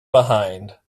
behind